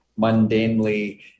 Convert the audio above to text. mundanely